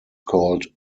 called